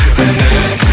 tonight